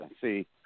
See